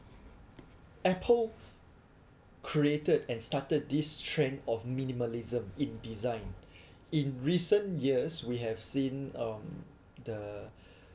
Apple created and started this trend of minimalism in design in recent years we have seen um the